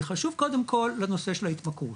זה חשוב קודם כל לנושא של ההתמכרות,